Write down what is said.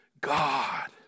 God